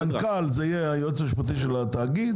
מנכ"ל יהיה היועץ המשפטי של התאגיד